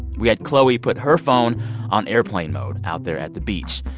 we had chloe put her phone on airplane mode out there at the beach,